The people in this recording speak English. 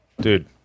dude